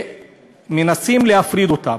שמנסים להפריד אותן.